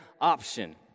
option